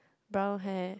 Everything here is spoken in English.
brown hair